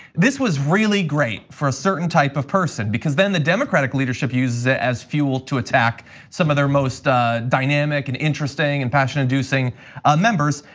this was really great for a certain type of person because then the democratic leadership uses it as fuel to attack some of their most ah dynamic and interesting and passion inducing ah members.